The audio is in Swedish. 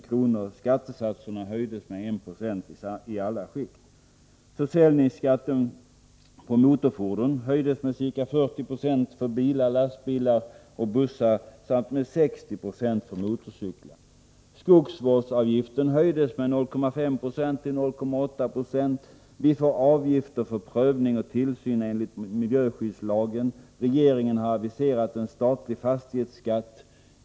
Vi får avgifter för prövning och tillsyn enligt miljöskyddslagen. Regeringen har aviserat en statlig fastighetsskatt.